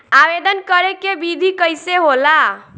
आवेदन करे के विधि कइसे होला?